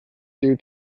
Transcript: due